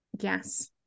Yes